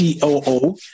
COO